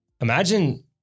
Imagine